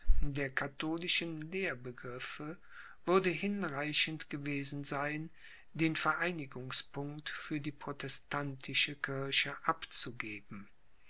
der katholischen lehrbegriffe würden hinreichend gewesen sein den vereinigungspunkt für die protestantische kirche abzugeben